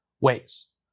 ways